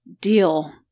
deal